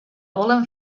volen